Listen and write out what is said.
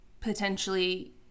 potentially